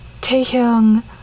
Taehyung